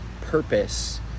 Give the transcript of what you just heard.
purpose